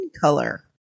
color